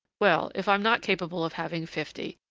well, if i am not capable of having fifty,